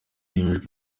hemejwe